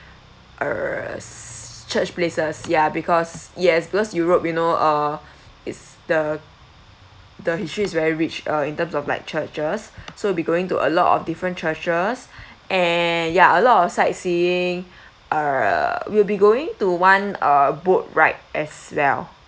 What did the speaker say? err s~ church places ya because yes because europe you know uh it's the the history is very rich uh in terms of like churches so you'll be going to a lot of different churches and ya a lot of sightseeing err we'll be going to one uh boat ride as well